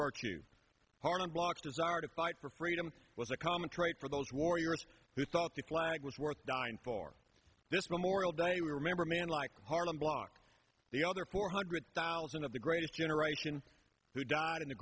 virtue harlem block desire to fight for freedom was a common trait for those warriors who thought the flag was worth dying for this memorial day we remember a man like harlem block the other four hundred thousand of the greatest generation who died in the